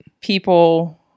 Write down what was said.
people